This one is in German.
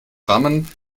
rammen